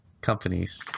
companies